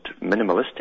minimalistic